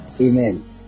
Amen